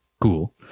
cool